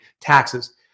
taxes